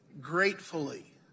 gratefully